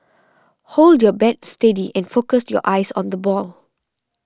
hold your bat steady and focus your eyes on the ball